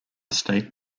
state